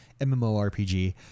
MMORPG